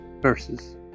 verses